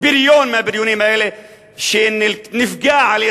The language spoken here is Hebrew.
בריון מהבריונים האלה שנפגע על-ידי